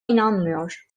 inanmıyor